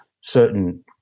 certain